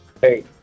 hey